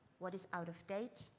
what is out of date,